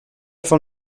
von